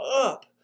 up